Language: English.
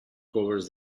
covers